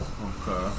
Okay